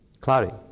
cloudy